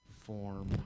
form